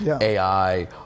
AI